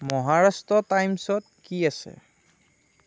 মহাৰাষ্ট্ৰ টাইম্ছত কি আছে